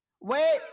Wait